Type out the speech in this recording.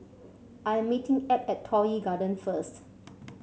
I am meeting Ab at Toh Yi Garden first